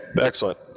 Excellent